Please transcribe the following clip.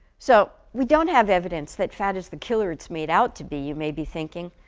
so we don't have evidence that fat is the killer it's made out to be, you may be thinking,